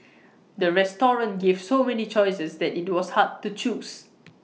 the restaurant gave so many choices that IT was hard to choose